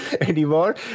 anymore